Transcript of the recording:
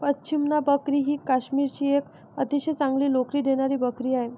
पश्मिना बकरी ही काश्मीरची एक अतिशय चांगली लोकरी देणारी बकरी आहे